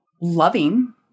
loving